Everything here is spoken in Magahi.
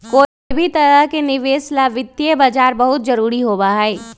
कोई भी तरह के निवेश ला वित्तीय बाजार बहुत जरूरी होबा हई